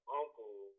uncle